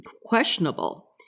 questionable